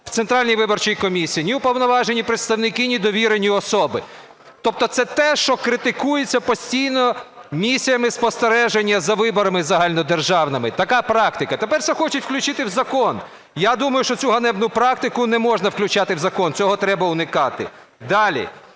в Центральній виборчій комісії, ні уповноважені представники, ні довірені особи. Тобто це те, що критикується постійно місіями спостереження за виборами загальнодержавними. Така практика. Тепер це хочуть включити в закон. Я думаю, що цю ганебну практику не можна включати в закон, цього треба уникати. Далі,